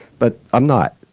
but i'm not.